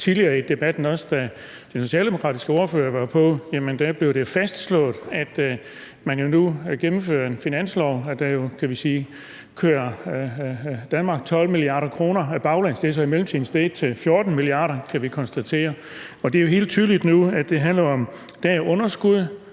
ordfører var på, blev det fastslået, at man nu gennemfører en finanslov, der kører Danmark 12 mia. kr. baglæns. Det er så i mellemtiden steget til 14 mia. kr., kan vi konstatere. Det er jo helt tydeligt nu, at det handler om, at der